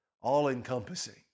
all-encompassing